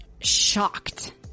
shocked